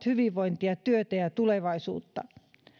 hyvinvointia työtä ja tulevaisuutta